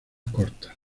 cortas